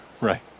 Right